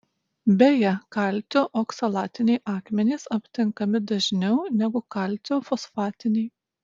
beje kalcio oksalatiniai akmenys aptinkami dažniau negu kalcio fosfatiniai